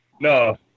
No